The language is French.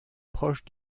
proche